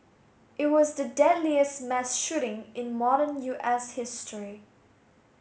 it was the deadliest mass shooting in modern U S history